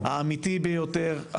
האמיתי ביותר,